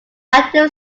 active